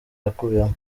yakuyemo